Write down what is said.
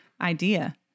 idea